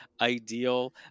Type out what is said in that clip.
ideal